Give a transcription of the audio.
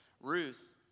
Ruth